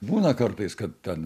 būna kartais kad ten